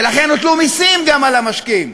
ולכן הוטלו מסים גם על המשקיעים.